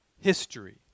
history